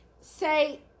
say